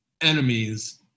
enemies